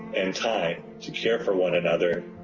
and time to care for one another,